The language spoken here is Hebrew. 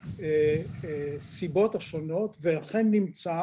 שהיא מאחדת את הסיבות השונות ולכן נמצא